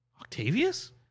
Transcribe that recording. Octavius